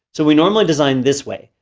so we normally design this way,